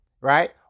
right